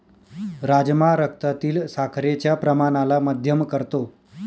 राजमा रक्तातील साखरेच्या प्रमाणाला मध्यम करतो